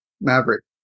maverick